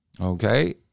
Okay